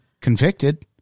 convicted